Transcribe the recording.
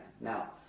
Now